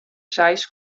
seis